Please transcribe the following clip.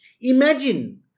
Imagine